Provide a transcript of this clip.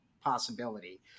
possibility